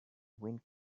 wind